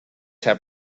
have